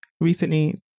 recently